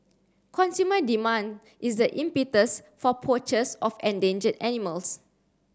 consumer demand is the impetus for poachers of endangered animals